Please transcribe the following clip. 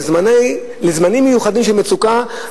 לזמנים מיוחדים של מצוקה,